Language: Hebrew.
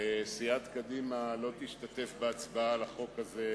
סיעת קדימה לא תשתתף בהצבעה על החוק הזה,